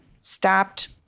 stopped